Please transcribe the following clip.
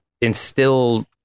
instill